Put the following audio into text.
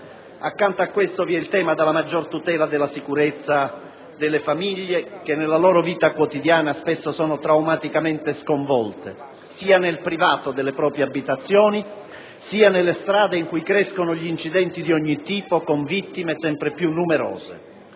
Accanto a questo, vi è il tema della maggior tutela della sicurezza delle famiglie che nella loro vita quotidiana sono spesso traumaticamente sconvolte, sia nel privato delle proprie abitazioni, sia nelle strade in cui crescono incidenti di ogni tipo, con vittime sempre più numerose.